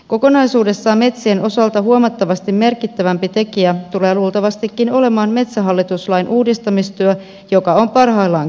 kokonaisuudessaan metsien osalta huomattavasti merkittävämpi tekijä tulee luultavastikin olemaan metsähallitus lain uudistamistyö joka on parhaillaan käynnissä